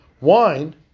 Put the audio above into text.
Wine